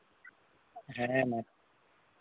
ᱦᱮᱸ ᱢᱟ